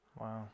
Wow